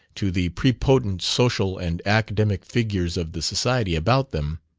to the prepotent social and academic figures of the society about them,